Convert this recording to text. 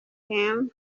him